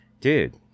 dude